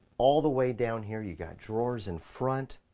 all the way down here. you got drawers in front,